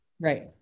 right